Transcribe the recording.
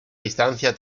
distancia